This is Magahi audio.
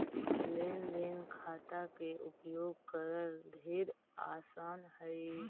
लेन देन खाता के उपयोग करल ढेर आसान हई